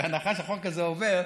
בהנחה שהחוק הזה עובר,